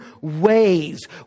ways